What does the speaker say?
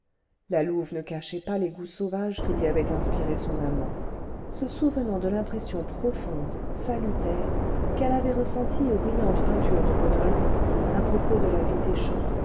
la louve ne cachait pas les goûts sauvages que lui avait inspirés son amant se souvenant de l'impression profonde salutaire qu'elle avait ressentie aux riantes peintures de rodolphe à propos de la vie